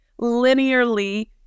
linearly